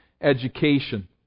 education